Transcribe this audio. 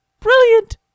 Brilliant